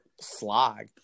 slog